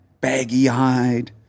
Baggy-eyed